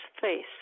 face